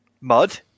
mud